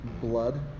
blood